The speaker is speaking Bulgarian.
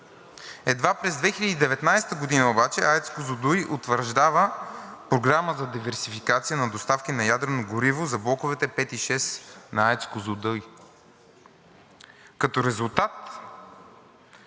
Едва през 2019 г. обаче АЕЦ „Козлодуй“ утвърждава програма за диверсификация на доставки на ядрено гориво за блоковете V и VI на АЕЦ „Козлодуй“. Като резултат